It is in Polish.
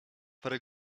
parę